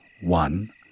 One